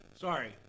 Sorry